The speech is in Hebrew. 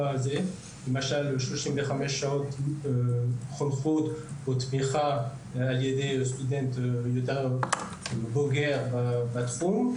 בדמות 35 שעות תמיכה על ידי סטודנט יותר בוגר בתחום.